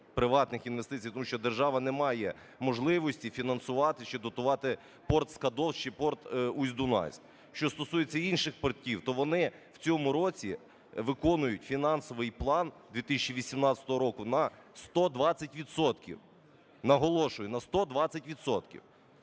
тому що держава не має можливості фінансувати чи дотувати порт Скадовськ чи порт Усть-Дунайськ. Що стосується інших портів, то вони в цьому році виконують фінансовий план, 2018 року, на 120 відсотків, наголошую, на 120